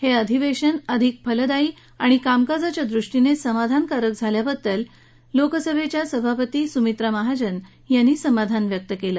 हे अधिवेशन अधिक फलदायी आणि कामकाजाच्या दृष्टीने समाधानकारक झाल्याबद्दल लोकसभेच्या सभापती सुमित्रा महाजन यांनी समाधान व्यक्त केलं